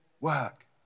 work